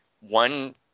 One